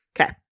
Okay